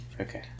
Okay